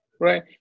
Right